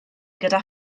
gyda